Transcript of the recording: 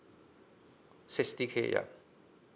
sixty K yup